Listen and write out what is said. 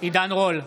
עידן רול,